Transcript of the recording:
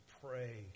pray